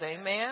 Amen